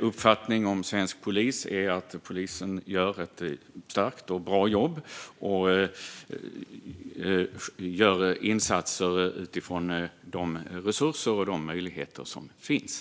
uppfattning om svensk polis är att man gör ett starkt och bra jobb och gör insatser utifrån de resurser och möjligheter som finns.